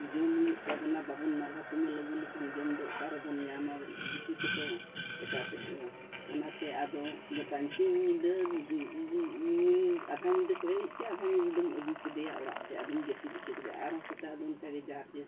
ᱡᱚᱢ ᱦᱩᱭᱩᱜ ᱛᱟᱵᱚᱱᱟ ᱵᱟᱵᱚᱱ ᱱᱟᱞᱦᱟ ᱛᱩᱢᱟᱹᱞ ᱟᱹᱜᱩ ᱞᱮᱠᱷᱟᱱ ᱡᱚᱢ ᱫᱚ ᱚᱠᱟᱨᱮᱵᱚᱱ ᱧᱟᱢᱟ ᱵᱤᱴᱤ ᱛᱮᱠᱚ ᱵᱮᱴᱟ ᱛᱮᱠᱚ ᱚᱱᱟᱛᱮ ᱟᱫᱚ ᱜᱚᱴᱟᱝ ᱥᱤᱧ ᱧᱤᱫᱟᱹ ᱟᱫᱷᱟ ᱧᱤᱫᱟᱹ ᱠᱚ ᱮᱱᱮᱡ ᱠᱮᱭᱟ ᱟᱫᱷᱟ ᱧᱤᱫᱟᱹ ᱫᱚᱢ ᱟᱹᱜᱩ ᱠᱮᱫᱮᱭᱟ ᱚᱲᱟᱜ ᱛᱮ ᱟᱫᱚᱢ ᱡᱟᱹᱯᱤᱫ ᱚᱪᱚ ᱠᱮᱫᱮᱭᱟ ᱟᱨᱚ ᱥᱮᱛᱟᱜ ᱫᱚ ᱚᱱᱠᱟ ᱜᱮ ᱡᱟᱨᱡᱮᱨ